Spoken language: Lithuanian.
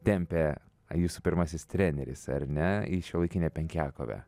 tempia jūsų pirmasis treneris ar ne į šiuolaikinę penkiakovę